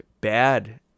bad